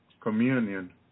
communion